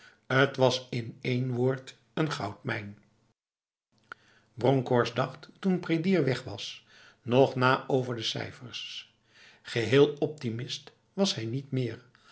het was in één woord n goudmijn bronkhorst dacht toen prédier weg was nog na over de cijfers geheel optimist was hij niet meer